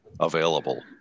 available